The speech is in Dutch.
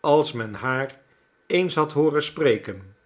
als men haar eens had hooren spreken